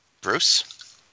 Bruce